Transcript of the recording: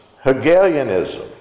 Hegelianism